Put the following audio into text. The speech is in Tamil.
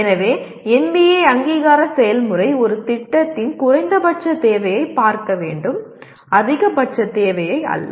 எனவே NBA அங்கீகார செயல்முறை ஒரு திட்டத்தின் குறைந்தபட்ச தேவையைப் பார்க்க வேண்டும் அதிகபட்ச தேவை அல்ல